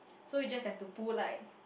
so you just have to pull like